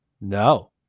No